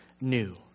new